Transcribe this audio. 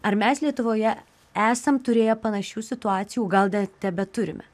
ar mes lietuvoje esam turėję panašių situacijų o gal dar tebeturime